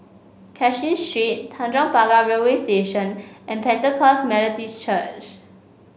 Cashin Street Tanjong Pagar Railway Station and Pentecost Methodist Church